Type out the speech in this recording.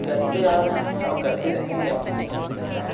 کرتے آ رہے ہیں اور کرتے رہیں گے اپنے بہار کے لیے